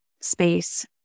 space